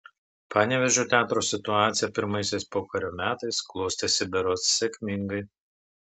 panevėžio teatro situacija pirmaisiais pokario metais klostėsi berods sėkmingai